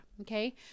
okay